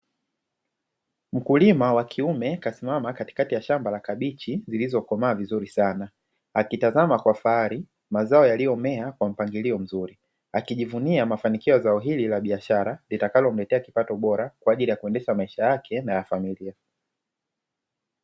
Mkulima wa kiume kasimama katikati ya shamba la kabichi zilizokomaa vizuri sana, akitazama kwa fahari mazao yaliyomea kwa mpangilio mzuri akijivunia mafanikio ya zao hili la biashara litakalomletea kipato bora kwa ajili ya kuendesha maisha yake na ya familia.